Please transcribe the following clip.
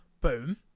boom